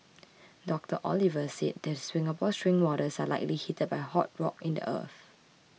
Doctor Oliver said the Singapore spring waters are likely heated by hot rock in the earth